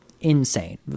insane